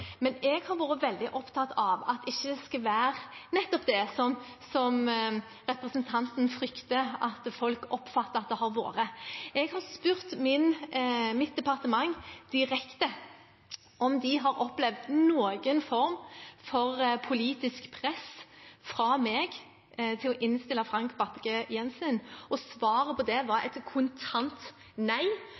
Men jeg har vært veldig opptatt av at det ikke skal være nettopp det som representanten frykter at folk oppfatter at det har vært. Jeg har spurt mitt departement direkte om de har opplevd noen form for politisk press fra meg om å innstille Frank Bakke-Jensen. Svaret på det var et kontant nei,